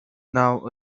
now